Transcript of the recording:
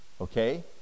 okay